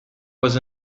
was